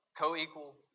Co-equal